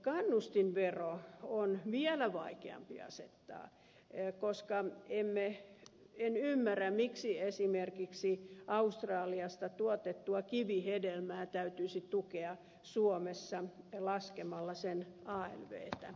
kannustinveroa on vielä vaikeampi asettaa koska en ymmärrä miksi esimerkiksi australiasta tuotettua kiivihedelmää täytyisi tukea suomessa laskemalla sen alvtä